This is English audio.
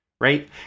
right